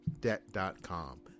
Debt.com